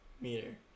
meter